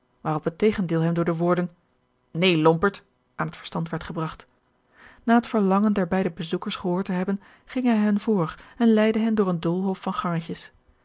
waarop het tegendeel hem door de woorden neen lompert aan het verstand werd gebragt na het verlangen der beide bezoekers gehoord te hebben ging hij hen voor en leidde hen door een doolhof van gangetjes